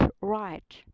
right